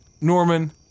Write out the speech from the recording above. Norman